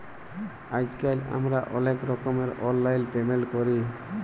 আইজকাল আমরা অলেক রকমের অললাইল পেমেল্ট ক্যরি